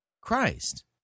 Christ